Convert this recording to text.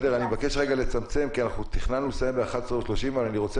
אני מבקש כרגע לצמצם כי תכננו לסיים ב-11:30 ואני רוצה